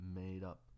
made-up